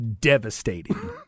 Devastating